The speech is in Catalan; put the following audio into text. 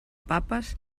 papes